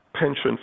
pension